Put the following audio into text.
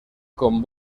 con